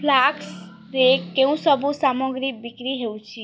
ଫ୍ଲାସ୍କରେ କେଉଁସବୁ ସାମଗ୍ରୀ ବିକ୍ରି ହେଉଛି